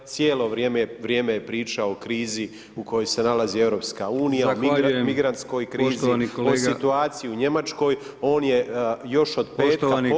Cijelo vrijeme je pričao o krizi u kojoj se nalazi EU, o migrantskoj krizi, o situaciji u Njemačkoj, on je još od petka